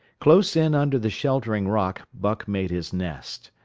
close in under the sheltering rock buck made his nest.